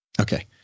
Okay